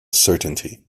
certainty